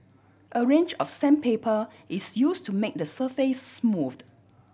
a range of sandpaper is use to make the surface smooth